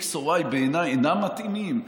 x או y בעיניי אינם מתאימים?